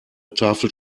tafel